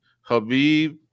Habib